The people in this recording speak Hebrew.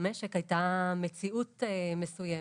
במשק היתה מציאות מסוימת,